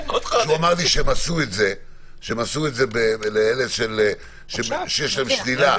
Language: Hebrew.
שהוא אמר שהם עשו את זה לאלה שיש להם שלילה,